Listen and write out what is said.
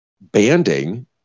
banding